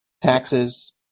Taxes